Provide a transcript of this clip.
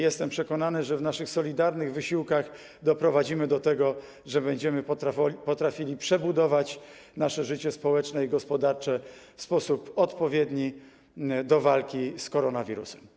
Jestem przekonany, że w naszych solidarnych wysiłkach doprowadzimy do tego, że będziemy potrafili przebudować nasze życie społeczne i gospodarcze w sposób odpowiedni do walki z koronawirusem.